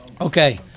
Okay